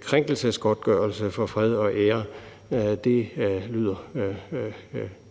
krænkelsesgodtgørelse for fred og ære. Den del